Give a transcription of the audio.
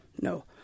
No